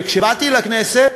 וכשבאתי לכנסת,